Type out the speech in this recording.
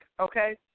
okay